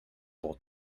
both